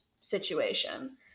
situation